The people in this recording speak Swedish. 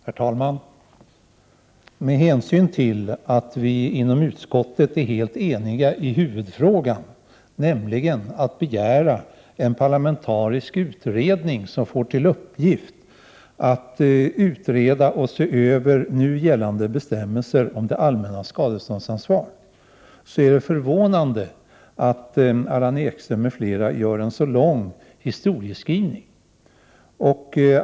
Herr talman! Med hänsyn till att vi inom utskottet är helt eniga i huvudfrågan, nämligen att begära en parlamentarisk utredning som får till uppgift att se över nu gällande bestämmelser om det allmännas skadeståndsansvar, är det förvånande att Allan Ekström m.fl. gör en så lång historieskrivning.